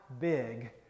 big